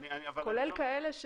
כולל כאלה,